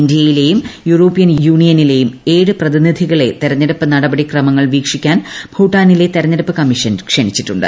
ഇന്ത്യയിലേയും European യൂണിയനിലേയും ഏഴ് പ്രതിനിധികളെ തെരഞ്ഞെടുപ്പ് നടപടി ക്രമങ്ങൾ വീക്ഷിക്കാൻ ഭൂട്ടാനിലെ തെരഞ്ഞെടുപ്പ് കമ്മീഷൻ ക്ഷണിച്ചിട്ടുണ്ട്